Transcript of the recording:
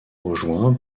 rejoints